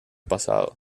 pasado